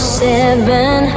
seven